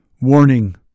Warning